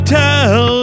tell